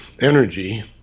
energy